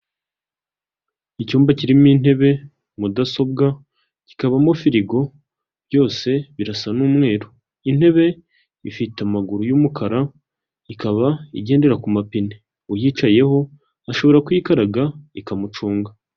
Icyumba kirimo intebe, mudasobwa, kikabamo firigo byose birasa n'umweru, intebe ifite amaguru y'umukara ikaba igendera ku mapine, uyicayeho ashobora kwikaraga ikamucunga.